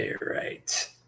right